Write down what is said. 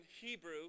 Hebrew